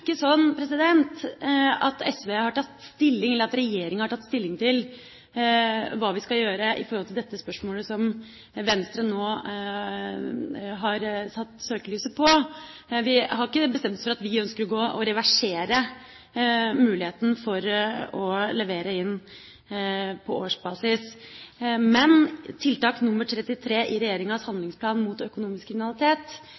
ikke slik at regjeringa har tatt stilling til hva vi skal gjøre i dette spørsmålet som Venstre nå har satt søkelyset på. Vi har ikke bestemt oss for om vi ønsker å reversere muligheten for å levere inn på årsbasis. Men i Tiltak 33 i regjeringas